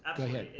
go ahead,